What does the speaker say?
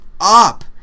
up